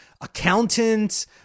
accountants